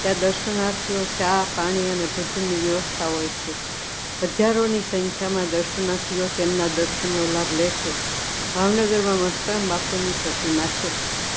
ત્યાં દર્શનાર્થીઓ ચા પાણી અને ભજનની વ્યવસ્થા હોય છે હજારોની સંખ્યામાં દર્શનાર્થીઓ તેમના દર્શનનો લાભ લે છે ભાવનગરમાં મસ્તરામ બાપુની પ્રતિમા છે